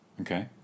Okay